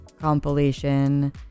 compilation